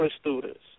students